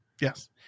yes